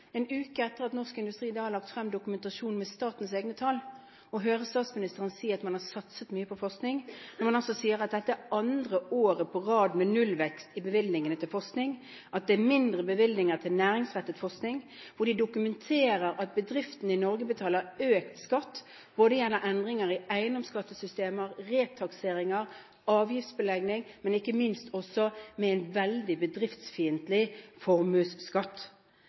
en uke etter at Norsk Industri har lagt fram dokumentasjon med statens egne tall – å høre statsministeren si at man har satset mye på forskning, når man altså legger frem at dette er andre året på rad med nullvekst i bevilgningene til forskning, at det er mindre bevilgninger til næringsrettet forskning, og hvor man dokumenterer at bedriftene i Norge betaler økt skatt gjennom endringer i eiendomsskattesystemer, retakseringer, avgiftsbelegging og ikke minst en veldig bedriftsfiendtlig formuesskatt.